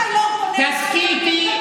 רק היום, תסכיתי.